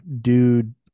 dude